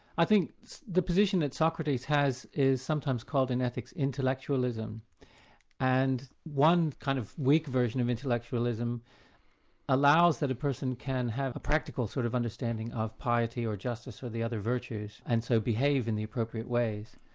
i think the position that socrates has is sometimes called in ethics intellectualism and one kind of weak version of intellectualism allows allows that a person can have a practical sort of understanding of piety or justice or the other virtues and so behave in the appropriate ways.